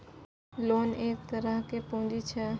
loan एक तरहक पुंजी छै